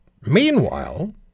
Meanwhile